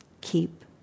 keep